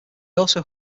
also